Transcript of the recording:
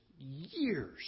years